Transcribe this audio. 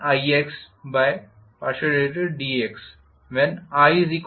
iconstant